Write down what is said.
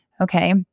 Okay